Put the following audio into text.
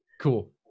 cool